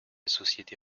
société